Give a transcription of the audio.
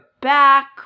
back